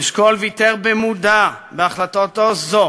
אשכול ויתר במודע, בהחלטתו זו,